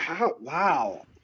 Wow